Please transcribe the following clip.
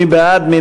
מי בעד?